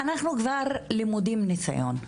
אנחנו כבר למודי ניסיון,